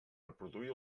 reproduir